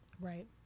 right